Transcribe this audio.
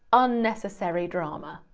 unnecessary drama.